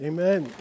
Amen